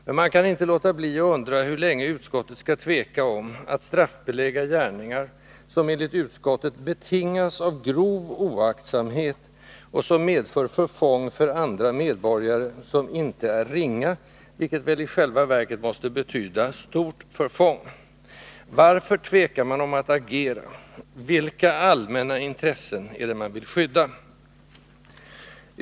Men man kan inte låta bli att undra hur länge utskottet skall tveka att straffbelägga gärningar som enligt utskottet betingas av grov oaktsamhet och som för andra medborgare medför förfång som inte är ringa, vilket väl i själva verket måste betyda ”stort förfång”. Varför tvekar man att agera? Vilka allmänna intressen är det man vill skydda?